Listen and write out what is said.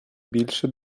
більше